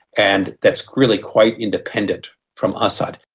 and that's really quite independent from assad.